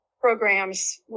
programs